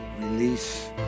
release